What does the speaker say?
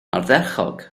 ardderchog